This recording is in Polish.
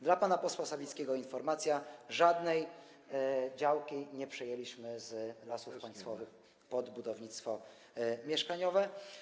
Dla pana posła Sawickiego informacja - żadnej działki nie przejęliśmy z Lasów Państwowych pod budownictwo mieszkaniowe.